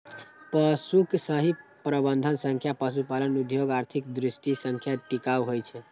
पशुक सही प्रबंधन सं पशुपालन उद्योग आर्थिक दृष्टि सं टिकाऊ होइ छै